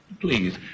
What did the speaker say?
Please